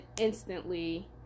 instantly